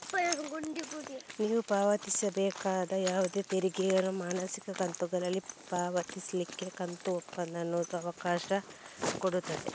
ನೀವು ಪಾವತಿಸಬೇಕಾದ ಯಾವುದೇ ತೆರಿಗೆಗಳನ್ನ ಮಾಸಿಕ ಕಂತುಗಳಲ್ಲಿ ಪಾವತಿಸ್ಲಿಕ್ಕೆ ಕಂತು ಒಪ್ಪಂದ ಅನ್ನುದು ಅವಕಾಶ ಕೊಡ್ತದೆ